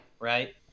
right